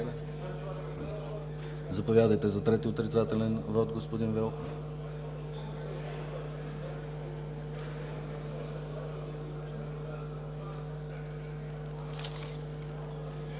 Заповядайте за трети отрицателен вот, господин Велков.